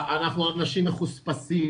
אנחנו אנשים מחוספסים,